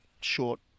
short